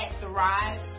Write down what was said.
Thrive